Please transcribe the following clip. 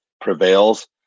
prevails